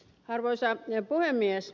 arvoisa puhemies